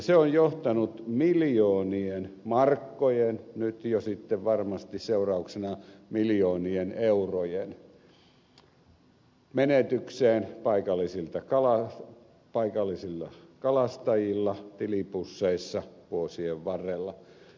se on johtanut miljoonien markkojen nyt jo sitten varmasti seurauksena miljoonien eurojen menetykseen paikallisilla kalastajilla tilipusseissa vuosien varrella